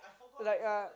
like a